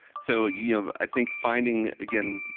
so, you know, i think finding again,